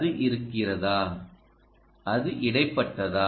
அது இருக்கிறதா அது இடைப்பட்டதா